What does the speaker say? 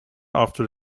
after